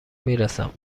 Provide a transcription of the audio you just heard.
میرسم